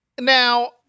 Now